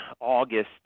August